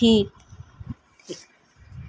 ٹھیک